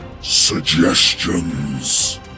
suggestions